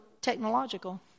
technological